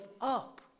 up